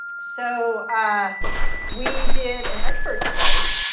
so we did an expert study.